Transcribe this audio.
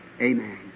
Amen